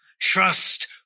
Trust